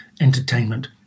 entertainment